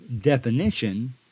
definition